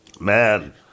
man